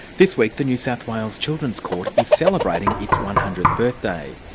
this week the new south wales children's court is celebrating its one hundredth birthday.